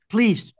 Please